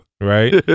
Right